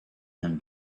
and